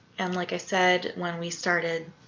and like i said, when we started